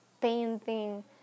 painting